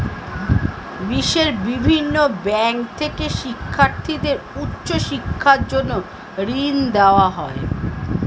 বিশ্বের বিভিন্ন ব্যাংক থেকে শিক্ষার্থীদের উচ্চ শিক্ষার জন্য ঋণ দেওয়া হয়